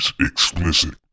explicit